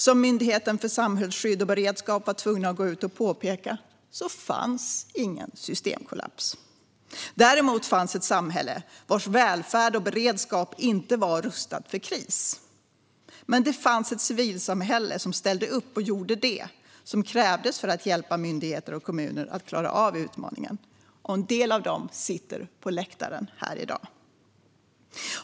Som Myndigheten för samhällsskydd och beredskap var tvungen att gå ut och påpeka fanns ingen systemkollaps. Däremot fanns ett samhälle vars välfärd och beredskap inte hade rustats för kris. Men det fanns ett civilsamhälle som ställde upp och gjorde det som krävdes för att hjälpa myndigheter och kommuner att klara av utmaningen. En del av dessa personer sitter på läktaren här i dag.